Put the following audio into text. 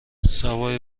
سوای